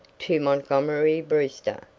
to montgomery brewster,